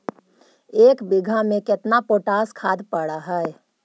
एक बिघा में केतना पोटास खाद पड़ है?